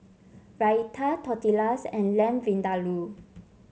Raita Tortillas and Lamb Vindaloo